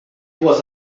was